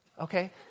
Okay